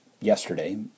yesterday